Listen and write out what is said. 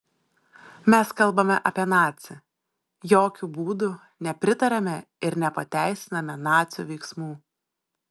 mes kalbame apie nacį jokiu būdu nepritariame ir nepateisiname nacių veiksmų